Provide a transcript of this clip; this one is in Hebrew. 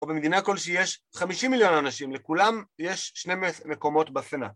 או במדינה כלשהי יש חמישים מיליון אנשים לכולם יש שני מקומות בפנה